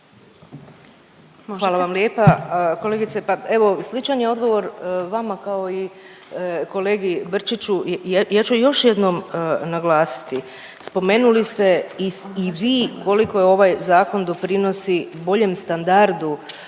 Hvala vam lijepa. Kolegice pa evo sličan je odgovor vama kao i kolegi Brčiću i ja ću još jednom naglasiti, spomenuli ste i vi koliko je ovaj zakon doprinosi boljem standardu